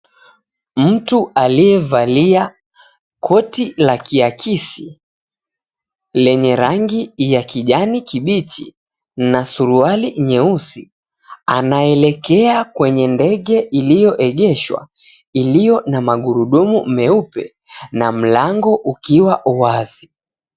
Mtu aliyevalia koti la kiakisi lenye rangi ya kijani kibichi na suruali nyeusi anaelekea kwenye ndege iliyoegeshwa ilio na magurudumu meupe na mlango ukiwa wazi.